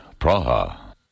Praha